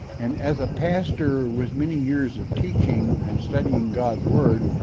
and as a pastor with many years of teaching and studying god's word,